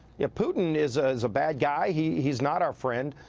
yeah, putin is a bad guy. he's he's not our friend.